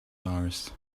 mars